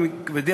גברתי